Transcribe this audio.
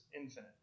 infinite